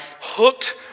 hooked